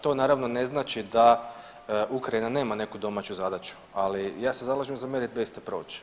To naravno ne znači da Ukrajina nema neku domaću zadaću, ali ja se zalažem … proći.